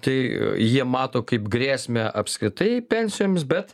tai jie mato kaip grėsmę apskritai pensijoms bet